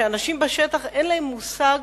שאנשים בשטח אין להם מושג